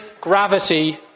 gravity